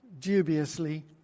dubiously